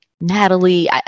natalie